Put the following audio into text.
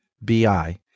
BI